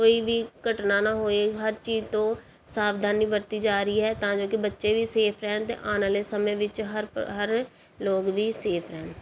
ਕੋਈ ਵੀ ਘਟਨਾ ਨਾ ਹੋਏ ਹਰ ਚੀਜ਼ ਤੋਂ ਸਾਵਧਾਨੀ ਵਰਤੀ ਜਾ ਰਹੀ ਹੈ ਤਾਂ ਜੋ ਕਿ ਬੱਚੇ ਵੀ ਸੇਫ ਰਹਿਣ ਅਤੇ ਆਉਣ ਵਾਲੇ ਸਮੇਂ ਵਿੱਚ ਹਰ ਪ ਹਰ ਲੋਕ ਵੀ ਸੇਫ ਰਹਿਣ